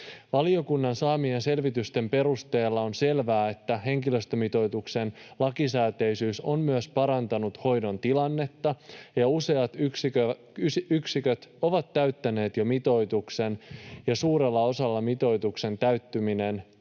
Valiokunnan saamien selvitysten perusteella on selvää, että henkilöstömitoituksen lakisääteisyys on myös parantanut hoidon tilannetta. Useat yksiköt ovat jo täyttäneet mitoituksen, ja suurella osalla mitoituksen täyttyminen aiemmin